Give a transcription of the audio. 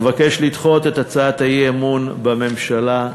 אבקש לדחות את הצעות האי-אמון בממשלה.